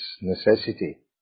necessity